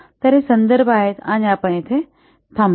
तर हे संदर्भ आहेत आणि आपण येथे थांबू